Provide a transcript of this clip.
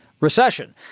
recession